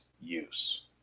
use